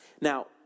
Now